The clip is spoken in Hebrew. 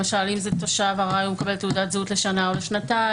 למשל אם זה תושב עראי הוא מקבל תעודת זהות לשנה או לשנתיים,